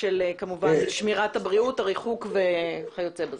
של שמירת בריאות, הריחוק וכיוצא בזה.